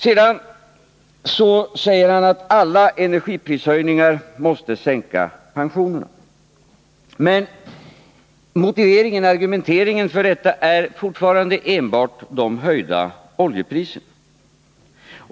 Vidare sade Gösta Bohman att alla energiprishöjningar måste sänka pensionerna. Argumentet härför är fortfarande enbart höjningen av oljepriserna.